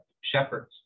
shepherds